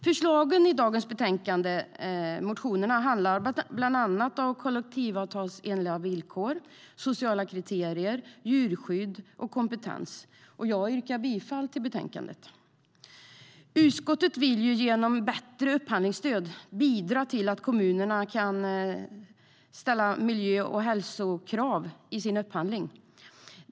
Förslagen i de motioner som dagens betänkande behandlar gäller bland annat kollektivavtalsenliga villkor, sociala kriterier, djurskydd och kompetens. Jag yrkar bifall till utskottets förslag. Utskottet vill genom bättre upphandlingsstöd bidra till att kommunerna kan ställa miljö och hälsokrav i sin upphandling.